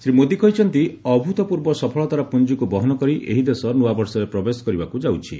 ଶ୍ରୀ ମୋଦୀ କହିଛନ୍ତି ଅଭୁତ୍ପୂର୍ବ ସଫଳତାର ପୁଞ୍ଜିକୁ ବହନ କରି ଏହି ଦେଶ ନୂଆବର୍ଷରେ ପ୍ରବେଶ କରିବାକୁ ଯାଉଛି